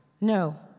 No